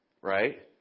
right